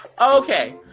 Okay